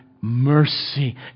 mercy